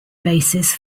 basis